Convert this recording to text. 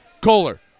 Kohler